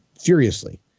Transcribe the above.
furiously